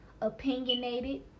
opinionated